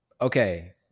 okay